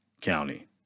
County